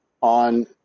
on